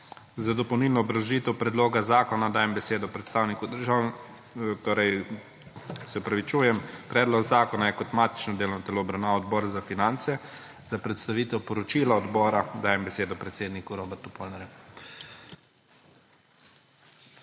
Za dopolnilno obrazložitev predloga zakona dajem besedo predstavniku … Se opravičujem. Predlog zakona je kot matično delovno telo obravnaval Odbor za finance. Za predstavitev poročila odbora dajem besedo predsedniku Robertu Polnarju.